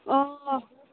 অঁ